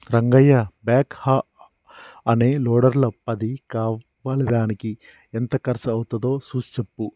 Rangayya backhoe అనే లోడర్ల పది కావాలిదానికి ఎంత కర్సు అవ్వుతాదో సూసి సెప్పు